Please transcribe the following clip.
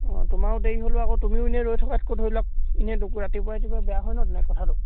অঁ তোমাৰো দেৰি হ'লেও আকৌ তুমিও এনেই ৰৈ থকাতকৈ ধৰি লওক এনেই ৰাতিপুৱা ৰাতিপুৱাই বেয়া হয় নহ্ তেনেকৈ কথাটো